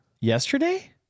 Yesterday